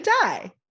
die